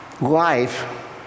life